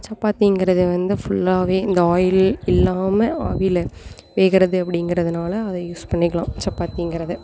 சப்பாத்திங்கிறது வந்து ஃபுல்லாகவே இந்த ஆயில் இல்லாமல் ஆவியில வேகுறது அப்படிங்கறதுனால அதை யூஸ் பண்ணிக்கலாம் சப்பாத்திங்கிறதை